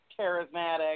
charismatic